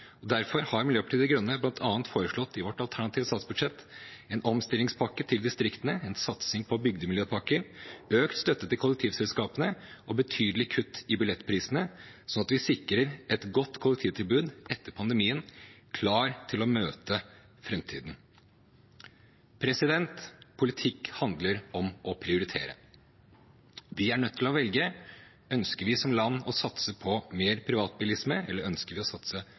Derfor har Miljøpartiet De Grønne i vårt alternative statsbudsjett foreslått bl.a. en omstillingspakke til distriktene, en satsing på bygdemiljøpakker, økt støtte til kollektivselskapene og betydelig kutt i billettprisene sånn at vi sikrer et godt kollektivtilbud etter pandemien, klart til å møte framtiden. Politikk handler om å prioritere. Vi er nødt til å velge. Ønsker vi som land å satse på mer privatbilisme, eller ønsker vi å satse